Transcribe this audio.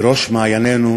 בראש מעיינינו